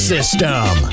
System